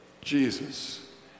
Jesus